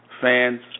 Fans